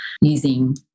using